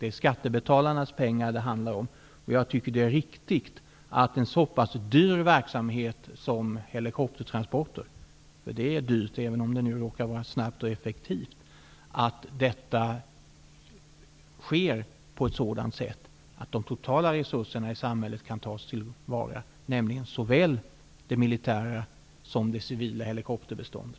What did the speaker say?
Det handlar om skattebetalarnas pengar. Jag tycker att det är riktigt att en såpass dyr verksamhet som helikoptertransporter utgör -- det är dyrt, även om det är snabbt och effektivt -- sker på ett sådant sätt att de totala resurserna i samhället kan tas till vara, nämligen såväl det militära som det civila helikopterbeståndet.